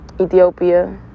Ethiopia